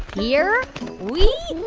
here we.